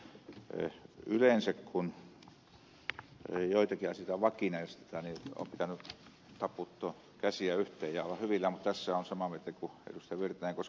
yleensä kun joitakin asioita vakinaistetaan niin on pitänyt taputtaa käsiä yhteen ja olla hyvillään mutta tässä olen samaa mieltä kuin ed